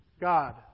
God